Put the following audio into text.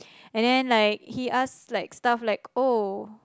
and then like he ask like stuff like oh